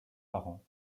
parents